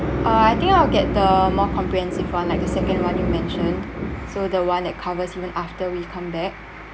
uh I think I'll get the more comprehensive one like the second one you mention so the one that covers even after we come back